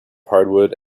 hardwood